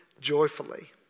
joyfully